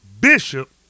bishop